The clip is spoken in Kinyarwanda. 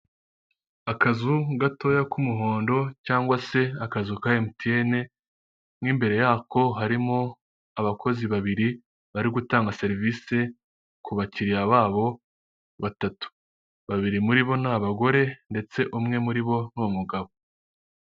Akazu gatoya k'umuhondo cyangwa se akazu ka emutiyene mu imbere yako harimo abakozi babiri bari gutanga serivisi ku bakiriya babo batatu, babiri muri bo ni abagore ndetse umwe muri bo ni mugabo.